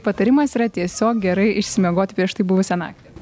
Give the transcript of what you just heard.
patarimas yra tiesiog gerai išsimiegoti prieš tai buvusią naktį